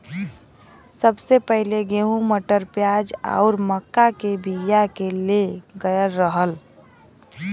सबसे पहिले गेंहू, मटर, प्याज आउर मक्का के बिया के ले गयल रहल